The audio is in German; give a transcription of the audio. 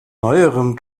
neuerem